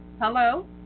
Hello